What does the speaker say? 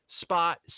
spot